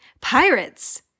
Pirates